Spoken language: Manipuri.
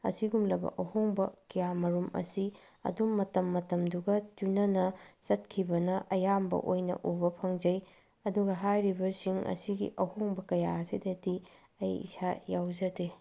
ꯑꯁꯤꯒꯨꯝꯂꯕ ꯑꯍꯣꯡꯕ ꯀꯌꯥ ꯃꯔꯣꯝ ꯑꯁꯤ ꯑꯗꯨꯝ ꯃꯇꯝ ꯃꯇꯝꯗꯨꯒ ꯆꯨꯅꯅ ꯆꯠꯈꯤꯕꯅ ꯑꯌꯥꯝꯕ ꯑꯣꯏꯅ ꯎꯕ ꯐꯪꯖꯩ ꯑꯗꯨꯒ ꯍꯥꯏꯔꯤꯕꯁꯤꯡ ꯑꯁꯤꯒꯤ ꯑꯍꯣꯡꯕ ꯀꯌꯥ ꯑꯁꯤꯗꯗꯤ ꯑꯩ ꯏꯁꯥ ꯌꯥꯎꯖꯗꯦ